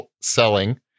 selling